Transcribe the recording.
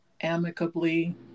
amicably